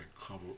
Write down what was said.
cover